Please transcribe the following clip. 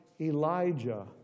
Elijah